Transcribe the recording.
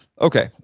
okay